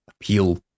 appeal